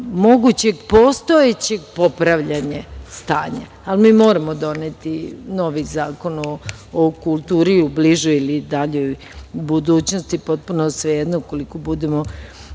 moguće postojeće popravljanje stanja, ali mi moramo doneti novi zakon o kulturi, u bližoj ili daljoj budućnosti, potpuno je svejedno, ukoliko budemo